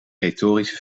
retorische